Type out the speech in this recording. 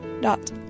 dot